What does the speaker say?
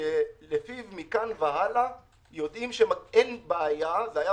שלפיו מכאן והלאה יודעים שאין בעיה, זה היה